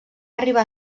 arribar